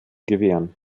gewähren